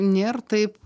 nėr taip